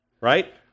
right